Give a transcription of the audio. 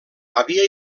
havia